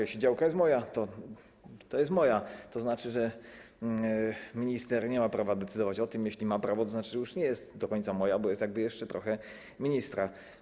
Jeśli działka jest moja, to jest moja, a to oznacza, że minister nie ma prawa decydować o tym, a jeśli ma prawo, tzn. że już nie jest do końca moja, bo jest jakby jeszcze trochę ministra.